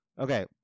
okay